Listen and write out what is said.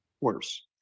Worse